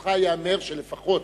לזכותך ייאמר שלפחות